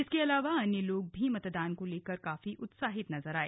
इसके अलावा अन्य लोग भी मतदान को लेकर काफी उत्साहित नजर आए